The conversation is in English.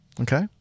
Okay